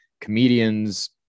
comedians